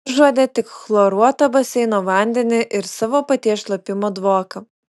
užuodė tik chloruotą baseino vandenį ir savo paties šlapimo dvoką